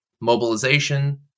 Mobilization